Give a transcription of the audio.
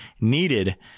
needed